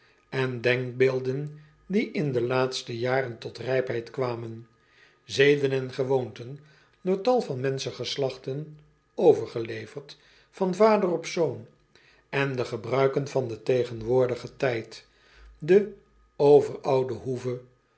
en denkbeelden die in de laatste jaren tot rijpheid kwamen zeden en gewoonten door tal van menschengeslachten overgeleverd van vader op zoon en de gebruiken van den tegenwoordigen tijd de overoude hoeve